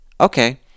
Okay